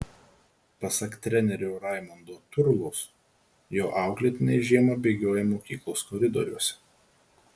pasak trenerio raimondo turlos jo auklėtiniai žiemą bėgioja mokyklos koridoriuose